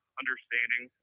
understanding